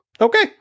okay